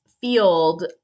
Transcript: field